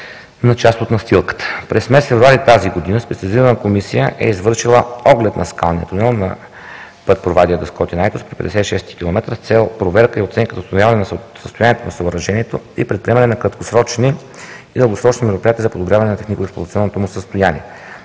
на част от настилката. През месец февруари тази година специализирана комисия е извършила оглед на скалния тунел на път IIІ-208 „Провадия – Дъскотна – Айтос“ при 56-ти километър с цел проверка и оценка за установяване на състоянието на съоръжението и предприемане на краткосрочни и дългосрочни мероприятия за подобряване на технико-експлоатационното му състояние.